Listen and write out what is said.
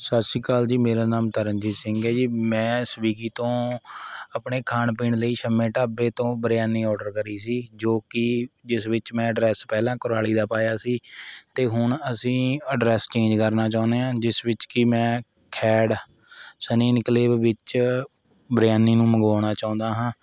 ਸਤਿ ਸ਼੍ਰੀ ਅਕਾਲ ਜੀ ਮੇਰਾ ਨਾਮ ਤਰਨਜੀਤ ਸਿੰਘ ਹੈ ਜੀ ਮੈਂ ਸਵੀਗੀ ਤੋਂ ਆਪਣੇ ਖਾਣ ਪੀਣ ਲਈ ਸ਼ਰਮੇ ਢਾਬੇ ਤੋਂ ਬਰਿਆਨੀ ਔਡਰ ਕਰੀ ਸੀ ਜੋ ਕਿ ਜਿਸ ਵਿੱਚ ਮੈਂ ਐਡਰੈੱਸ ਪਹਿਲਾਂ ਕੁਰਾਲੀ ਦਾ ਪਾਇਆ ਸੀ ਅਤੇ ਹੁਣ ਅਸੀਂ ਐਡਰੈੱਸ ਚੇਂਜ ਕਰਨਾ ਚਾਹੁੰਦੇ ਹਾਂ ਜਿਸ ਵਿੱਚ ਕਿ ਮੈਂ ਖੈੜ ਸਨੀ ਇੰਨਕਲੇਵ ਵਿੱਚ ਬਰਿਆਨੀ ਨੂੰ ਮੰਗਵਾਉਣਾ ਚਾਹੁੰਦਾ ਹਾਂ